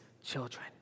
children